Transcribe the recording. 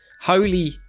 holy